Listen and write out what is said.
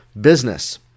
business